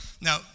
now